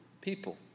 people